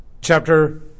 Chapter